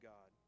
God